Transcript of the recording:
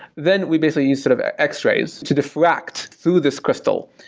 then we basically use sort of x-rays to diffract through this crystal.